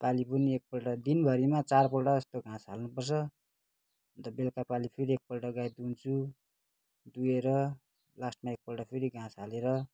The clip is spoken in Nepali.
पालि पनि एकपल्ट दिनभरिमा चारपल्ट जस्तो घाँस हाल्नुपर्छ अन्त बेलुका पालि फेरि एकपल्ट गाई दुहुन्छु दुहेर लास्टमा एकपल्ट फेरि घाँस हालेर